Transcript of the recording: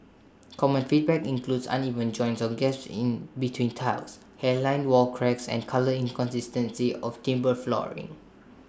common feedback includes uneven joints or gaps in between tiles hairline wall cracks and colour inconsistency of timber flooring